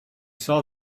saw